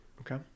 Okay